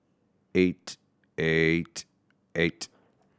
eight eight eight